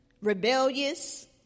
rebellious